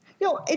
No